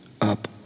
up